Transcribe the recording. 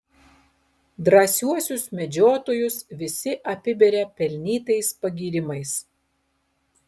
drąsiuosius medžiotojus visi apiberia pelnytais pagyrimais